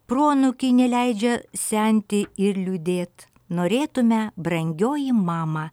proanūkiai neleidžia senti ir liūdėt norėtume brangioji mama